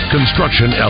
Construction